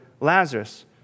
Lazarus